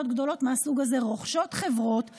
גדולות מהסוג הזה רוכשות חברות אליהן,